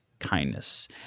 kindness